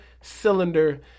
cylinder